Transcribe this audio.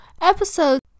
episode